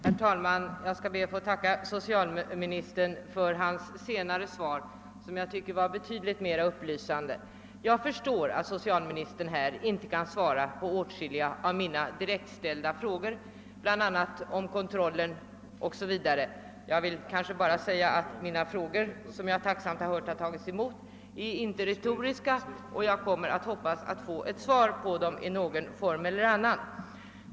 Herr talman! Jag ber att få tacka socialministern för hans senare svar, som jag tycker var betydligt mera upply sande. Jag förstår att socialministern inte kan svara på åtskilliga av mina direktställda frågor om bl.a. kontroll. Mina frågor är emellertid inte retoriska. Jag är tacksam att de har tagits emot, och jag hoppas få svar i någon form.